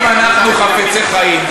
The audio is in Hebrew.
אם אנחנו חפצי חיים,